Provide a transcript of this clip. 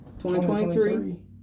2023